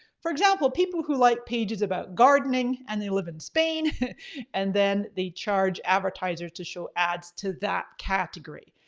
for example, people who like pages about gardening and they live in spain and then the charge advertisers to show ads to that category.